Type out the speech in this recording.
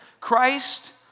Christ